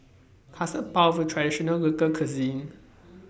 Custard Puff IS A Traditional Local Cuisine